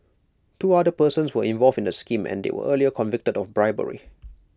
two other persons were involved in the scheme and they were earlier convicted of bribery